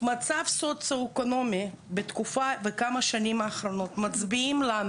המצב הסוציו-אקונומי בשנים האחרונות מצביע לנו